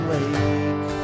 Lake